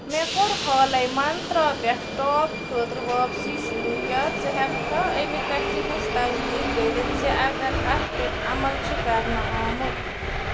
مےٚ کوٚر حالَے مَنترٛا پٮ۪ٹھ ٹاپ خٲطرٕ واپسی شروٗع کیٛاہ ژٕ ہٮ۪کہٕ کھا اَمہِ کَتھِ ہِنٛز تصدیٖق کٔرِتھ زِ اگر اَتھ پٮ۪ٹھ عمل چھِ کَرنہٕ آمُت